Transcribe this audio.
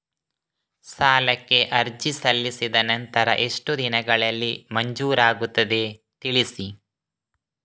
ಸಾಲಕ್ಕೆ ಅರ್ಜಿ ಸಲ್ಲಿಸಿದ ನಂತರ ಎಷ್ಟು ದಿನಗಳಲ್ಲಿ ಮಂಜೂರಾಗುತ್ತದೆ ತಿಳಿಸಿ?